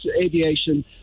aviation